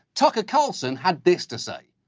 tucker carlson had this to say.